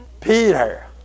Peter